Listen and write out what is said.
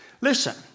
listen